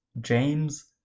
James